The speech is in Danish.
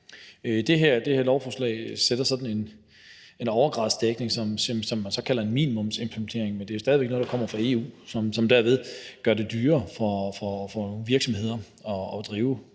Det her lovforslag sætter en overdækningsgrad, som man så kalder en minimumsimplementering, men det er jo stadig væk noget, der kommer fra EU, og som gør det dyrere for nogle virksomheder at låne